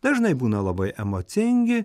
dažnai būna labai emocingi